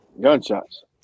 Gunshots